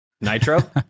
Nitro